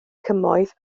cymoedd